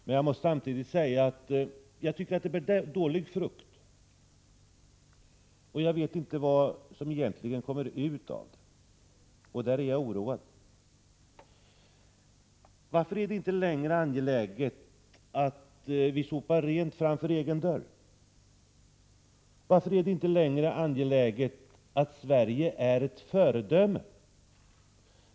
Men jag måste samtidigt säga att jag tycker det bär dålig frukt, och jag vet inte vad som egentligen kommer ut av arbetet. Därvidlag är jag oroad. Varför är det inte längre angeläget att vi sopar rent framför egen dörr? Varför är det inte längre angeläget att Sverige är ett föredöme?